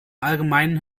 allgemeinen